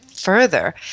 further